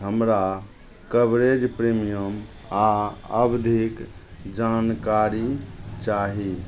हमरा coverage premium आओर अवधिक जानकारी चाही